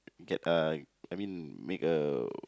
get uh I mean make a